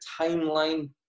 timeline